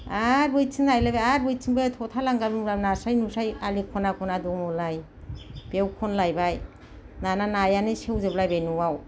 आरो बैथिं नायलायबाय आरो बैथिंबो थथा लांगाब लुंगाब नास्राइ नुस्राइ आलि खना खना दङलाय बेयाव खनलायबाय दाना नायानो सेवजोबलायबाय न'आव